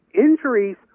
injuries